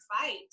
fight